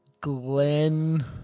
Glen